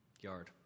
yard